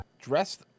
Dressed